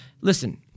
listen